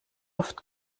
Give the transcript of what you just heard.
oft